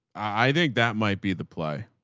i think that might be the play.